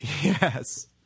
Yes